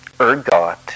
ergot